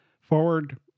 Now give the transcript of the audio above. forward